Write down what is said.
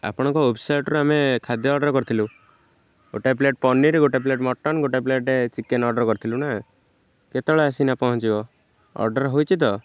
ଆପଣଙ୍କ ୱେବ୍ସାଇଟ୍ରୁ ଆମେ ଖାଦ୍ୟ ଅର୍ଡ଼ର୍ କରିଥିଲୁ ଗୋଟେ ପ୍ଲେଟ୍ ପନିର ଗୋଟେ ପ୍ଲେଟ୍ ମଟନ୍ ଗୋଟେ ପ୍ଲେଟ୍ ଚିକେନ୍ ଅର୍ଡ଼ର୍ କରିଥିଲୁ ନା କେତେବେଳେ ଆସିକିନା ପହଁଞ୍ଚିବ ଅର୍ଡ଼ର୍ ହୋଇଛି ତ